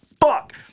fuck